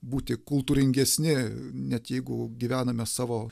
būti kultūringesni net jeigu gyvename savo